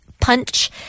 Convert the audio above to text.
punch